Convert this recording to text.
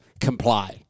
comply